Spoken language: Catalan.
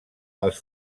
els